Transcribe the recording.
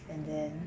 and then